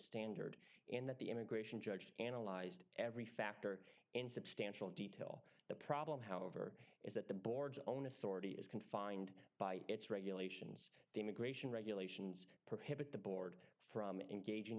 standard in that the immigration judge analyzed every factor in substantial detail the problem however is that the board's own authority is confined by its regulations the immigration regulations prohibit the board from engaging